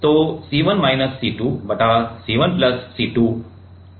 तो C1 minus C2 बटा C1 plus C2 क्या है